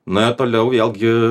na toliau vėlgi